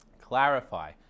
Clarify